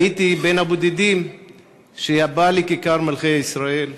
הייתי בין הבודדים שבאו לכיכר מלכי-ישראל,